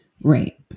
Right